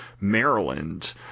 Maryland